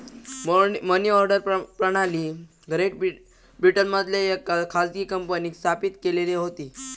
मनी order प्रणाली great ब्रिटनमधल्या येका खाजगी कंपनींन स्थापित केलेली होती